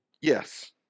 Yes